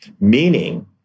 meaning